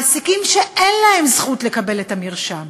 מעסיקים שאין להם זכות לקבל את המרשם,